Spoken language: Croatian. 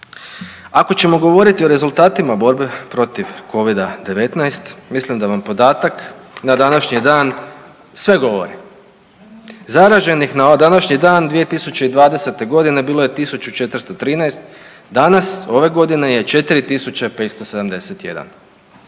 Ako ćemo govoriti o rezultatima borbe protiv covida-19 mislim da vam podatak na današnji dan sve govori. Zaraženih na današnji dan 2020.g. bilo je 1413, danas ove godine je 4571.